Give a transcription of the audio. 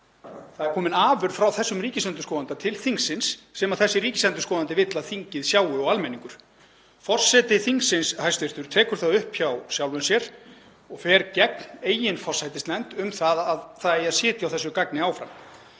Það er komin afurð frá þessum ríkisendurskoðanda til þingsins sem þessi ríkisendurskoðandi vill að þingið sjái og almenningur. Hæstv. forseti þingsins tekur það upp hjá sjálfum sér og fer gegn eigin forsætisnefnd um að það eigi að sitja á þessu gagni áfram.